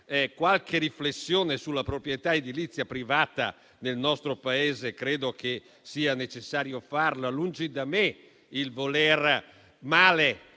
qualche riflessione sulla proprietà edilizia privata nel nostro Paese credo che sia necessario farla. Lungi da me volere